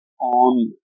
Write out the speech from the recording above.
on